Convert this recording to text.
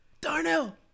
Darnell